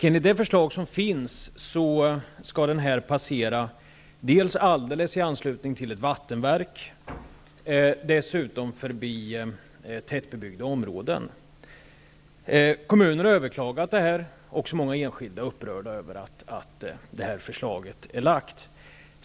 Enligt det förslag som finns skall vägen passera alldeles i anslutning till ett vattenverk och dessutom gå förbi tättbebyggda områden. Kommunen har överklagat beslutet, och också många enskilda är upprörda över att förslaget har lagts fram.